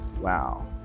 Wow